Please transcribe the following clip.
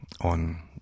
on